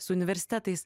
su universitetais